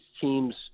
teams